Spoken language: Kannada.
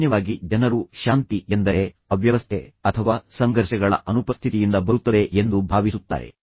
ಸಾಮಾನ್ಯವಾಗಿ ಜನರು ಶಾಂತಿ ಎಂದರೆ ಅವ್ಯವಸ್ಥೆ ಅಥವಾ ಸಂಘರ್ಷಗಳ ಅನುಪಸ್ಥಿತಿಯಿಂದ ಬರುತ್ತದೆ ಎಂದು ಭಾವಿಸುತ್ತಾರೆ